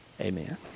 Amen